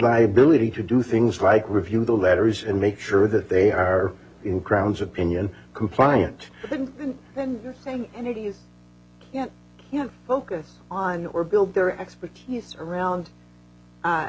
liability to do things like review the letters and make sure that they are in crowns opinion compliant then do you focus on or build their expertise around